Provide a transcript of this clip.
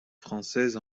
française